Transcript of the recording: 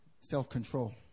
self-control